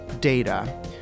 data